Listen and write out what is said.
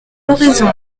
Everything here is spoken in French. oraison